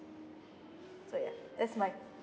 so ya that's my